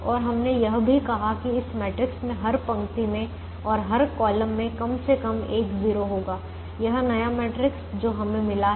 और हमने यह भी कहा कि इस मैट्रिक्स में हर पंक्ति में और अब हर कॉलम में कम से कम एक 0 होगा यह नया मैट्रिक्स जो हमें मिला है